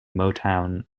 motown